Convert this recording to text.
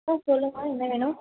ம் சொல்லுங்கள் என்ன வேணும்